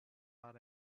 our